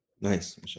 Nice